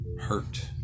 Hurt